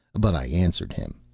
but i answered him,